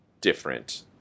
different